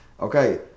okay